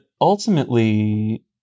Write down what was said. ultimately